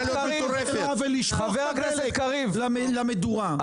ולשפוך את הדלק למדורה.